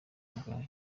bwa